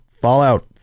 Fallout